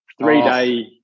three-day